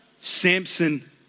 Samson